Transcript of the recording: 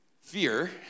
fear